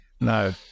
No